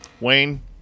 Wayne